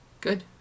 Good